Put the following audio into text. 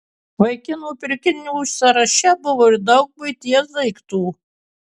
vaikinų pirkinių sąraše buvo ir daug buities daiktų